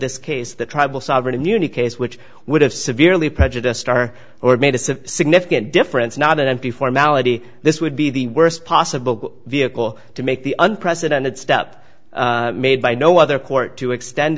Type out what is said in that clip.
this case the tribal sovereign immunity case which would have severely prejudiced our or made us a significant difference not an empty formality this would be the worst possible vehicle to make the unprecedented step made by no other court to extend